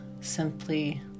simply